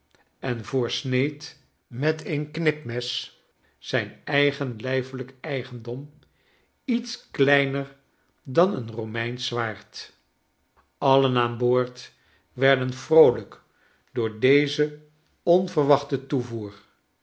en voorsneed met een knipmes zijn eigen lijfelijk eigendom iets kleiner dan een romeinsch zwaard allen aan boord werden vroolijk door dezen onverwachten toevoer